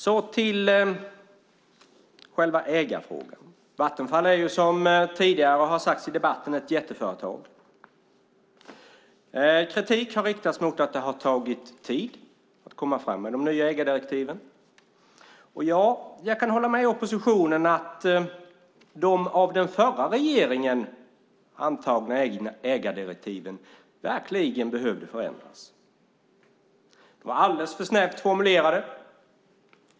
Så till ägarfrågan. Vattenfall är, som tidigare sagts, ett jätteföretag. Kritik har riktats mot att det tagit tid att ta fram de nya ägardirektiven. Jag kan hålla med oppositionen om att de av den förra regeringen antagna ägardirektiven verkligen behövde förändras. De var alldeles för snävt formulerade.